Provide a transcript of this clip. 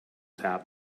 tap